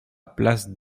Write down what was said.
place